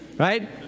Right